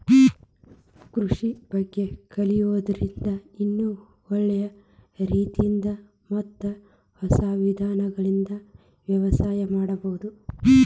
ಕೃಷಿ ಬಗ್ಗೆ ಕಲಿಯೋದ್ರಿಂದ ಇನ್ನೂ ಒಳ್ಳೆ ರೇತಿಯಿಂದ ಮತ್ತ ಹೊಸ ವಿಧಾನಗಳಿಂದ ವ್ಯವಸಾಯ ಮಾಡ್ಬಹುದು